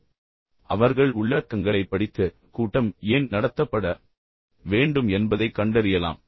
அவர்களுக்கு நேரம் கிடைக்கும் போது அவர்கள் உள்ளடக்கங்களைப் படித்து கூட்டம் ஏன் நடத்தப்பட வேண்டும் என்பதைக் கண்டறியலாம்